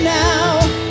now